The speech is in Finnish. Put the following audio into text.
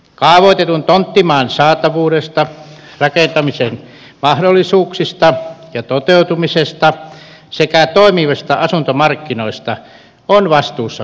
kaavoitetun tonttimaan saatavuudesta rakentamisen mahdollisuuksista ja toteutumisesta sekä toimivista asuntomarkkinoista ovat vastuussa kunnat